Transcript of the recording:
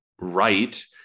right